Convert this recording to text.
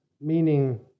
meaning